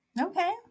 okay